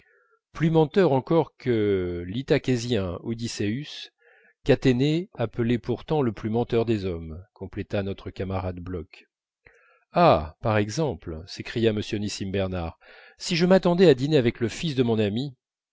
plus menteur encore que l'ithaquesien odysseus qu'athènes appelait pourtant le plus menteur des hommes compléta notre camarade bloch ah par exemple s'écria m nissim bernard si je m'attendais à dîner avec le fils de mon ami